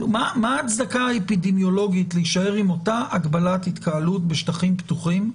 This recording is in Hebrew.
מה ההצדקה האפידמיולוגית להישאר עם אותה הגבלת התקהלות בשטחים פתוחים?